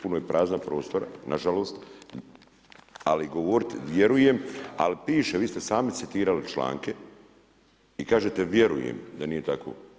Puno je praznog prostora nažalost, ali govoriti „vjerujem“, ali piše, vi ste sami citirali članke i kažete „vjerujem“ da nije tako.